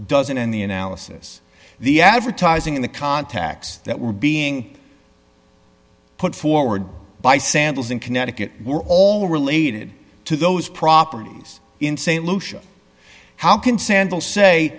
doesn't in the analysis the advertising in the contacts that were being put forward by sandals in connecticut were all related to those properties in st lucia how can sandal say